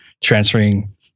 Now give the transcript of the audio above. transferring